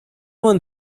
one